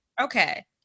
Okay